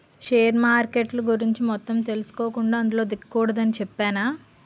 share మార్కెట్ల గురించి మొత్తం తెలుసుకోకుండా అందులో దిగకూడదని చెప్పేనా